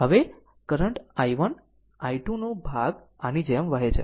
હવે current i1 i2 નો ભાગ આની જેમ વહે છે